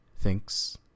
thinks